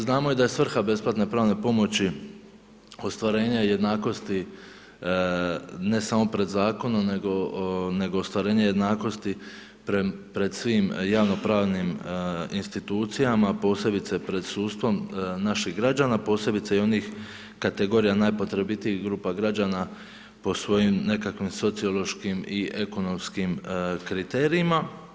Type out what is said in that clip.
Znamo i da je svrha besplatne pravne pomoći ostvarenje jednakosti ne samo pred zakonom, nego, nego ostvarenje jednakosti pred svim javnopravnim institucijama posebice pred sudstvom naših građana, posebice i onih kategorija najpotrebitijih grupa građana po svojim nekakvim sociološkim i ekonomskim kriterijima.